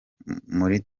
muri